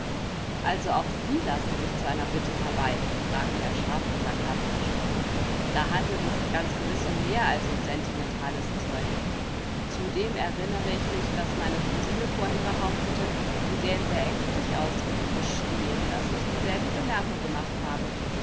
also auch sie lassen sich zu einer bitte herbei fragte er scharf und sarkastisch da handelt es sich ganz gewiß um mehr als um sentimentales zeug zudem erinnere ich mich daß meine kousine vorhin behauptete sie sähen sehr ängstlich aus und ich gestehe daß ich dieselbe bemerkung gemacht habe